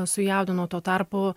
sujaudino tuo tarpu